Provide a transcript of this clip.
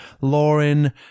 Lauren